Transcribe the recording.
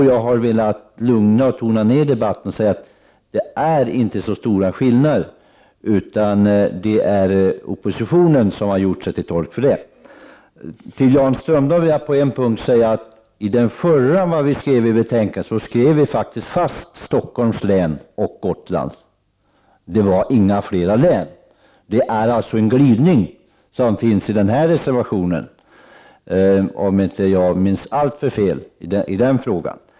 Jag har velat lugna och tona ned debatten och säga att det inte är så stora skillnader. Det är oppositionen som har gjort sig till tolk för den uppfattningen. Jag vill också säga till Jan Strömdahl att vi i det förra betänkandet fastslog att det gällde Stockholms län och Gotlands län. Det gällde inte några flera län. Det finns alltså en glidning i denna reservation, om inte jag minns alltför mycket fel i den frågan.